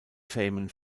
famous